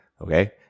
Okay